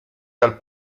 dal